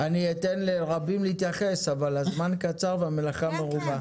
אתן לרבים להתייחס, אבל הזמן קצר והמלאכה מרובה.